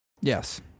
Yes